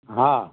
हा